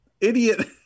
idiot